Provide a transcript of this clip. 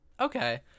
okay